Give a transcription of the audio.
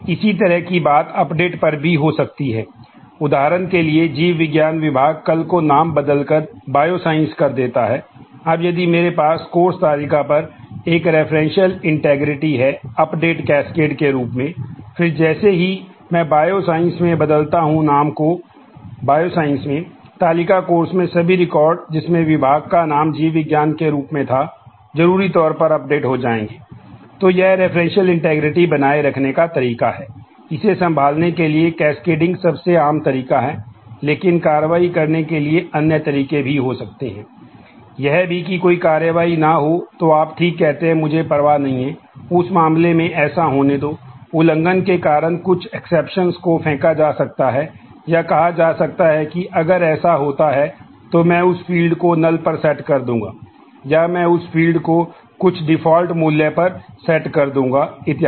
इसी तरह की बात अपडेट मूल्य पर सेट कर दूंगा इत्यादि